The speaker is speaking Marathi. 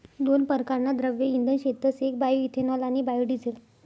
दोन परकारना द्रव्य इंधन शेतस येक बायोइथेनॉल आणि बायोडिझेल